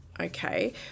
Okay